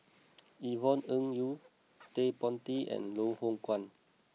Yvonne Ng Uhde Ted De Ponti and Loh Hoong Kwan